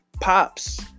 Pops